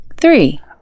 Three